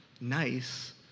nice